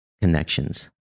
connections